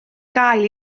gael